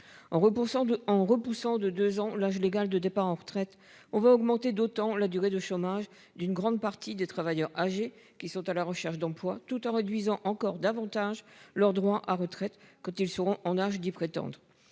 en repoussant de 2 ans l'âge légal de départ en retraite. On va augmenter d'autant la durée de chômage d'une grande partie des travailleurs âgés qui sont à la recherche d'emploi tout en réduisant encore davantage leurs droits à retraite quand ils seront en âge d'y prétendent.